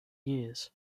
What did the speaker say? years